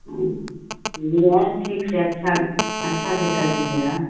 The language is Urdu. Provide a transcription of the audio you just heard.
جی اور ٹھیک سے اچھا اچھا سے کر دیجیے گا